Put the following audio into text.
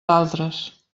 altres